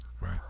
Right